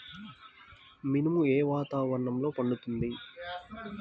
మినుము ఏ వాతావరణంలో పండుతుంది?